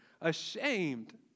Ashamed